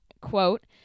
Quote